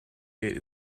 eight